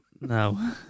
No